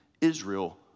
Israel